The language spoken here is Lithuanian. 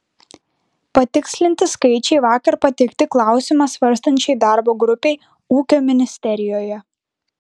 patikslinti skaičiai vakar pateikti klausimą svarstančiai darbo grupei ūkio ministerijoje